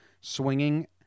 swinging